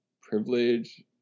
privilege